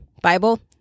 Bible